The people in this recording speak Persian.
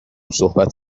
صحبت